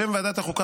בשם ועדת החוקה,